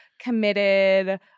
committed